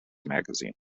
magazine